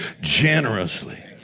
generously